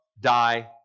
die